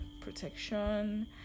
protection